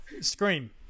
Scream